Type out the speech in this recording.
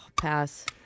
pass